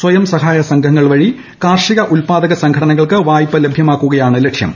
സ്വയം സഹായ സംഘങ്ങൾ വഴി കാർഷിക ഉത്പാദക സംഘടനകൾക്ക് വായ്പില്ഭ്യമാക്കുകയാണ് ലക്ഷ്യം